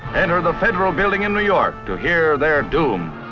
enter the federal building in new york hear their doom